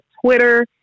Twitter